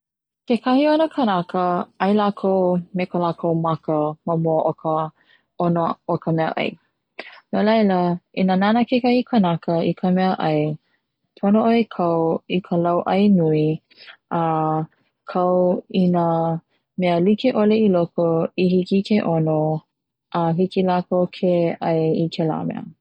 Kekahi o na kanaka 'ai lakou me ka lakou maka ma mua o ka ono o ka mea'ai, no laila i na nana kekahi kanaka ka mea'ai pono 'oe kau o i ka lau'ai nui a kau ina mea like'ole ma loko i hiki ke 'ono a hiki lakou ke 'ai i kela mea.